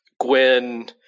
Gwen